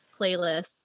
playlists